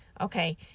Okay